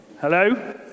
Hello